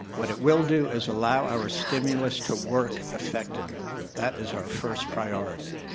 what it will do is allow our stimulus to work effectively. that is our first priority.